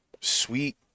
sweet